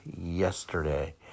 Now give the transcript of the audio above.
yesterday